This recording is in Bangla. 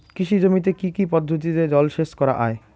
কৃষি জমিতে কি কি পদ্ধতিতে জলসেচ করা য়ায়?